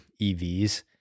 EVs